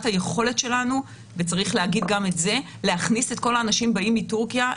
היכולת שלנו להכניס את כל האנשים שבאים מטורקיה למלוניות.